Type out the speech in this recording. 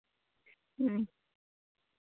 ᱦᱮᱸ